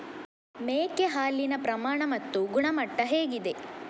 ಮೇಕೆ ಹಾಲಿನ ಪ್ರಮಾಣ ಮತ್ತು ಗುಣಮಟ್ಟ ಹೇಗಿದೆ?